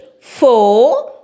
four